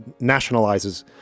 nationalizes